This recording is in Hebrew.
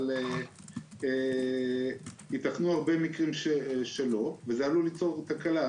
אבל ייתכנו מקרים שלא וזה עלול ליצור תקלה.